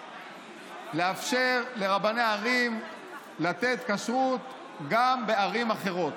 לאפשר לרבני ערים לתת כשרות גם בערים אחרות.